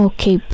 Okay